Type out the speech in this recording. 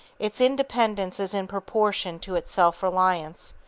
its independence is in proportion to its self-reliance,